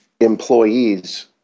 employees